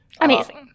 Amazing